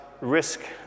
risk